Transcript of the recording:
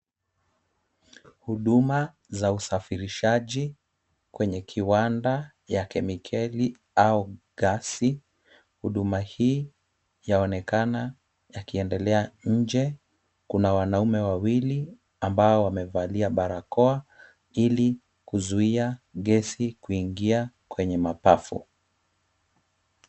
Huduma za usafirishaji kwenye kiwanda cha kemikali au gesi, huduma hii yaonekana ikiendelea, nje kuna iwanaume wawili ambao wamevalia barakoa ili kuzuia gesi kuingia kwenye mapafu.